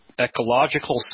ecological